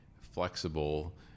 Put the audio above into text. flexible